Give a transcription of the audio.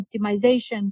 optimization